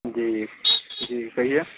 جی جی کہیے